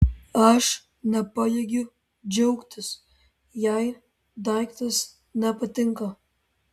aš nepajėgiu džiaugtis jei daiktas nepatinka